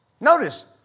Notice